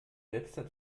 letzter